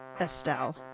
Estelle